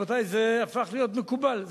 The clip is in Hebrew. רבותי, זה הפך להיות מקובל.